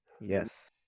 Yes